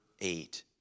eight